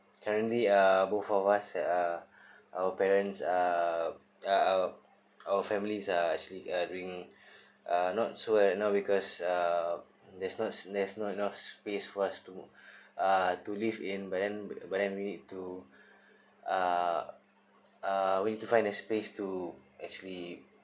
currently uh both of us uh our parents uh uh uh our family is a actually a doing uh not so right now because uh there's not there's not enough space for us to uh to live in but then but then we need to uh uh we need to find a space to actually